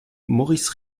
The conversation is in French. maurice